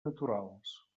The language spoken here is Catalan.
naturals